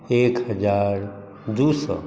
एक हजार दू सओ